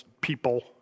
people